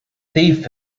thief